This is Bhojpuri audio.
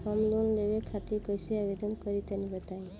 हम लोन लेवे खातिर कइसे आवेदन करी तनि बताईं?